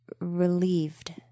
Relieved